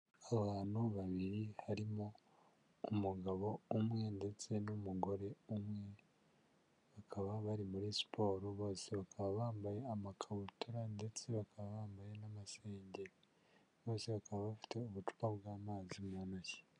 Abantu babiri harimo umugabo umwe ndetse n'umugore umwe, bakaba bari muri siporo bose bakaba bambaye amakabutura ndetse bakaba bambaye n'amasengeri, bose bakaba bafite ubucupa bw'amazi mu ntoki.